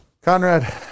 Conrad